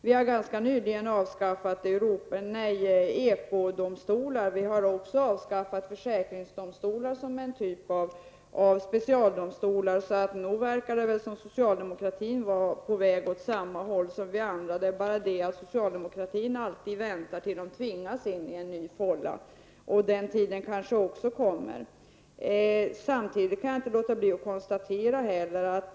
Vi har ganska nyligen avskaffat ekodomstolarna, och vi har också avskaffat försäkringsdomstolarna som en typ av specialdomstolar. Så nog verkar det som om socialdemokratin vore på väg åt samma håll som vi andra. Det är bara det att socialdemokraterna väntar tills de tvingas in i en ny fålla. Den tiden kanske också kommer då socialdemokratin anser att detta även gäller i det här fallet.